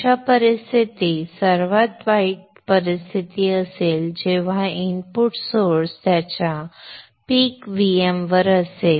अशा परिस्थितीत सर्वात वाईट परिस्थिती असेल जेव्हा इनपुट सोर्स त्याच्या पीक Vm वर असेल